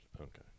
Okay